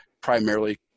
primarily